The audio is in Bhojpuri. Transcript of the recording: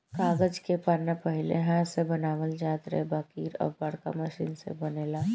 कागज के पन्ना पहिले हाथ से बनावल जात रहे बाकिर अब बाड़का मशीन से बनेला